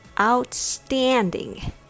OUTSTANDING